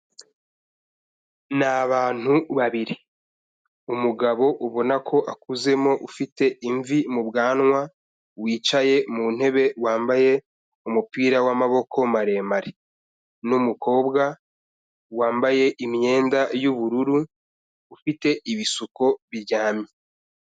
Ni abantu babiri, umugabo ubona ko akuzemo ufite imvi mu bwanwa, wicaye mu ntebe wambaye umupira w'amaboko maremare n'umukobwa wambaye imyenda y'ubururu, ufite ibisuko biryamye.